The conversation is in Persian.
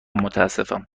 متاسفم